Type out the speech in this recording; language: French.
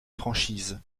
franchise